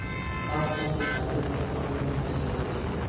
आप चेकिंग खाते का प्रबंधन कैसे करते हैं?